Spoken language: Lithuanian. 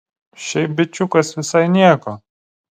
šiaip bičiukas visai nieko